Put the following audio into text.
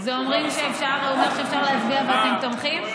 זה אומר שאפשר להצביע ואתם תומכים?